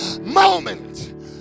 moment